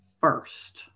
first